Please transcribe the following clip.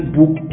book